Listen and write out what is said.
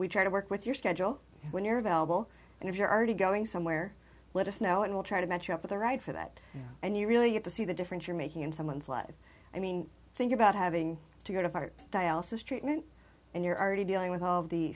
we try to work with your schedule when you're available and if you're already going somewhere let us know and we'll try to match up with the right for that and you really get to see the difference you're making in someone's life i mean think about having to go to art dialysis treatment and you're already dealing with all